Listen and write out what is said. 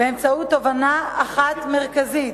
באמצעות תובנה אחת מרכזית